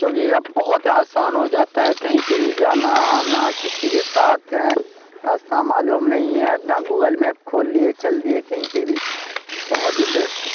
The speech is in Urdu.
کیونکہ یہ اب بہت آسان ہو جاتا ہے کہیں پہ بھی جانا آنا کسی کے ساتھ ہیں راستہ معلوم نہیں ہے اپنا گوگل میپ کھول لیے چل دیئے کہیں پہ بھی بہت ہی بیسٹ ہے